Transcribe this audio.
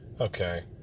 okay